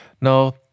Now